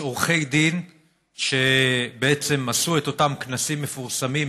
יש עורכי דין שבעצם עשו את אותם כנסים מפורסמים,